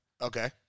Okay